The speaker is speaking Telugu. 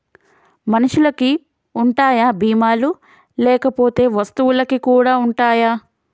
మనుషులకి ఉంటాయా బీమా లు లేకపోతే వస్తువులకు కూడా ఉంటయా?